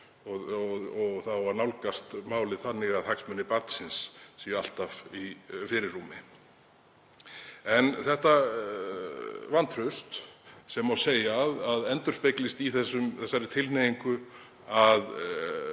og það á að nálgast málið þannig að hagsmunir barnsins séu alltaf í fyrirrúmi. Þetta vantraust má segja að endurspeglist í þeirri tilhneigingu að